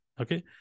Okay